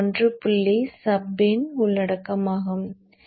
sub இன் உள்ளடக்கமாகும்